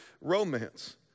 romance